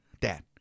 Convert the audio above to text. Dad